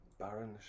Baron